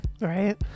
Right